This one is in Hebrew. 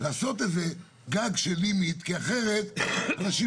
לעשות איזה גג של לימיט כי אחרת אנשים